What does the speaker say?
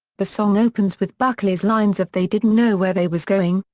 the song opens with buckley's lines of they didn't know where they was going,